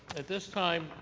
at this time,